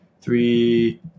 three